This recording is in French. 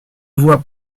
voix